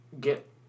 get